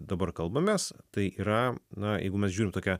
dabar kalbamės tai yra na jeigu mes žiūrim tokią